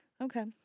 Okay